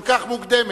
כל כך מוקדמת,